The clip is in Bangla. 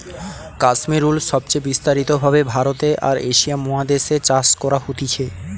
কাশ্মীর উল সবচে বিস্তারিত ভাবে ভারতে আর এশিয়া মহাদেশ এ চাষ করা হতিছে